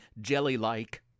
jelly-like